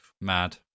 Mad